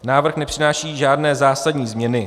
Návrh nepřináší žádné zásadní změny.